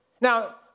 Now